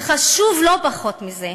וחשוב לא פחות מזה,